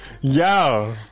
Yo